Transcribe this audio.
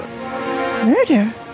Murder